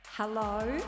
Hello